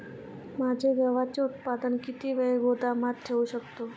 माझे गव्हाचे उत्पादन किती वेळ गोदामात ठेवू शकतो?